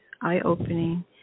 eye-opening